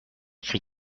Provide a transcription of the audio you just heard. cri